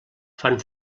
fan